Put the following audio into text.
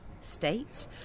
state